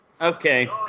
Okay